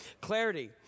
Clarity